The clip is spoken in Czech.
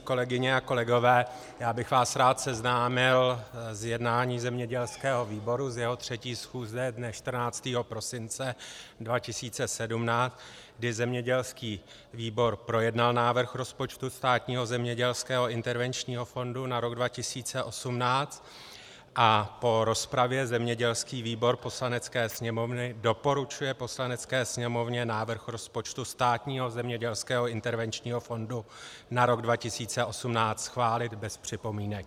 Kolegyně a kolegové, já bych vás rád seznámil s jednáním zemědělského výboru z jeho 3. schůze dne 14. prosince 2017, kdy zemědělský výbor projednal návrh rozpočtu Státního zemědělského intervenčního fondu na rok 2018 a po rozpravě zemědělský výbor Poslanecké sněmovny doporučuje Poslanecké sněmovně návrh rozpočtu Státního zemědělského intervenčního fondu na rok 2018 schválit bez připomínek.